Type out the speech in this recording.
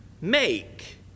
make